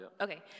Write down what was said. okay